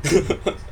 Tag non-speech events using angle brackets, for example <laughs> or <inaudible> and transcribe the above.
<laughs>